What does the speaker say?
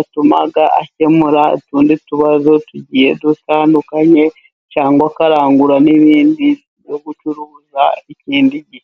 atuma akemura utundi tubazo tugiye dutandukanye cyangwa akarangura n'ibindi byo gucuruza ikindi gihe.